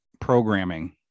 programming